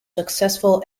successful